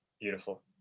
Beautiful